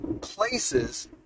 places